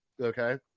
Okay